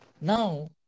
Now